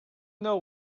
know